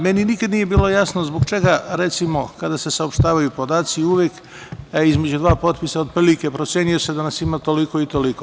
Meni nikada nije bilo jasno zbog čega, kada se saopštavaju podaci, uvek između dva potpisa, procenjuje se da nas ima toliko i toliko.